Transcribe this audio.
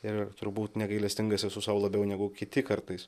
ir turbūt negailestingas esu sau labiau negu kiti kartais